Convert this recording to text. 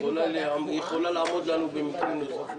היא יכולה לעמוד לנו במקרים נוספים.